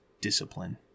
discipline